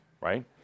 right